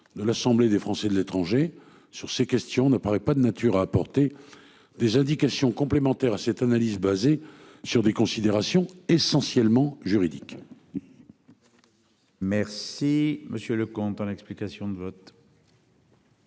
de l'Assemblée des Français de l'étranger sur ces questions ne paraît pas de nature à apporter des indications complémentaires à cette analyse, basée sur des considérations essentiellement juridique. Merci. Monsieur le comte dans l'explication de vote.